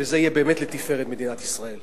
וזה יהיה באמת לתפארת מדינת ישראל.